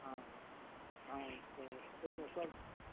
हँ हँ अहाँ जे छै ओहिमे सब